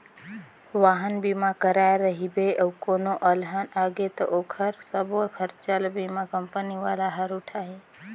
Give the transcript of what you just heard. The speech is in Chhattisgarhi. वाहन बीमा कराए रहिबे अउ कोनो अलहन आगे त ओखर सबो खरचा ल बीमा कंपनी वाला हर उठाही